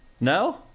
No